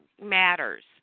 matters